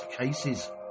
cases